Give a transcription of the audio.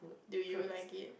do you like it